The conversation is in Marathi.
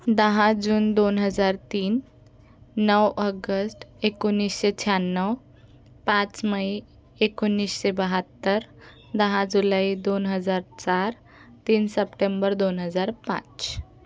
दहा जून दोन हजार तीन नौ अगस्ट एकोणीसशे शहाण्णव पाच मई एकोणीसशे बहात्तर दहा जुलै दोन हजार चार तीन सप्टेंबर दोन हजार पाच